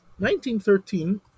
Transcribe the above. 1913